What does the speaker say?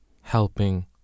helping